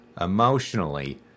emotionally